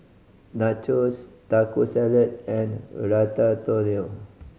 Nachos Taco Salad and Ratatouille